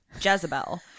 Jezebel